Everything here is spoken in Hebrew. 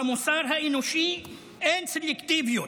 במוסר האנושי אין סלקטיביות.